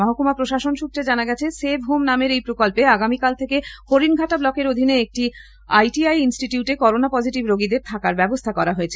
মহাকুমা প্রশাসন সৃত্রে জানা গেছে সেভ হোম নামের এই প্রকল্পে আগামীকাল থেকে হরিণঘাটা ব্লকের অধীনে একটি আইটিআই ইনস্টিটিউটে করোনা পজিটিভ রোগীদের থাকার ব্যবস্থা করা হয়েছে